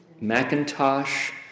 Macintosh